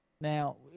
Now